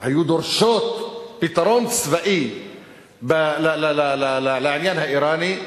היו דורשות פתרון צבאי לעניין האירני,